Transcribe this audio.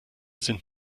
sind